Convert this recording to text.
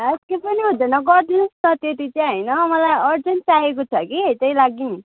हैट केही पनि हुँदैन गरिदिनु होस् न त्यति चाहिँ होइन मलाई अर्जेन्ट चाहिएको छ कि त्यही लागि